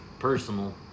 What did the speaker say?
Personal